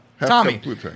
Tommy